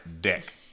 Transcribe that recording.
Dick